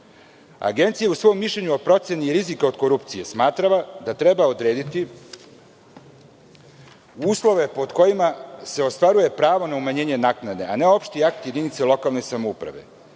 naknade. Agencija u svom mišljenju o proceni rizika od korupcije smatra da treba odrediti uslove pod kojima se ostvaruje pravo na umanjenje naknade, a ne opšti akt jedinice lokalne samouprave.